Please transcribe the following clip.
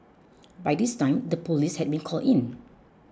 by this time the police has been called in